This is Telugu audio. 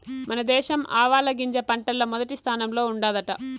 మన దేశం ఆవాలగింజ పంటల్ల మొదటి స్థానంలో ఉండాదట